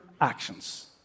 actions